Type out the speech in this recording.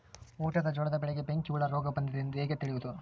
ಊಟದ ಜೋಳದ ಬೆಳೆಗೆ ಬೆಂಕಿ ಹುಳ ರೋಗ ಬಂದಿದೆ ಎಂದು ಹೇಗೆ ತಿಳಿಯುವುದು?